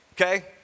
okay